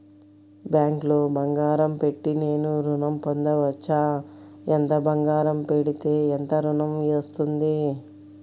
బ్యాంక్లో బంగారం పెట్టి నేను ఋణం పొందవచ్చా? ఎంత బంగారం పెడితే ఎంత ఋణం వస్తుంది?